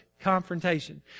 confrontation